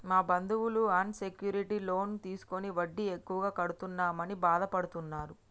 మా బంధువులు unsecured loan తీసుకుని వడ్డీ ఎక్కువ కడుతున్నామని బాధపడుతున్నరు